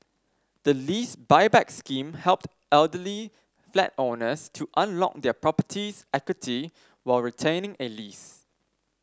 the Lease Buyback Scheme helped elderly flat owners to unlock their property's equity while retaining a lease